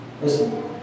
listen